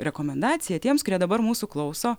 rekomendacija tiems kurie dabar mūsų klauso